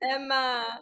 Emma